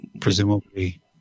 presumably